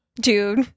dude